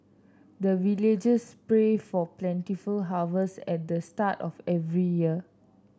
the villagers pray for plentiful harvest at the start of every year